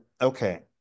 okay